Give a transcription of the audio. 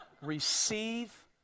Receive